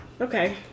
Okay